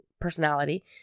personality